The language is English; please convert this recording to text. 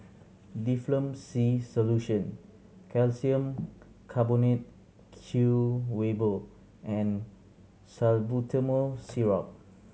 Difflam C Solution Calcium Carbonate Chewable and Salbutamol Syrup